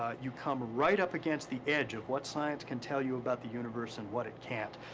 ah you come right up against the edge of what science can tell you about the universe and what it can't.